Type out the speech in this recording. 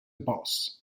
boss